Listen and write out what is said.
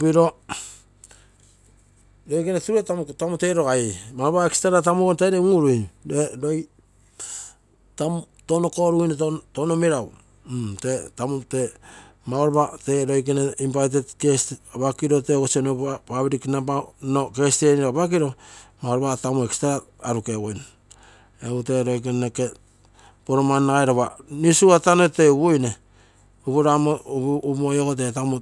Piro loikene turuge tamu toi rogai mauropa ectra tamu ogo toi rogai. Roi tamu touno koruguine touno meragu, publc servant egu tee loikene nke namba nke, nkei egu mauropa. Tamu ogo tee extra arukegui egu noke tee lopa news rugetaro toi upuine egu ikogo maute tamu